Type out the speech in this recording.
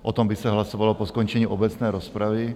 O tom by se hlasovalo po skončení obecné rozpravy.